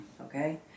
Okay